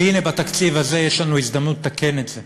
והנה, בתקציב הזה יש לנו הזדמנות לתקן את זה.